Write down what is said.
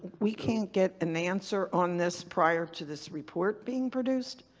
we can't get an answer on this prior to this report being produced?